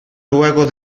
luego